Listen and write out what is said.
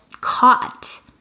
caught